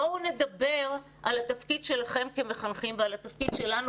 בואו נדבר על התפקיד שלכם כמחנכים ועל התפקיד שלנו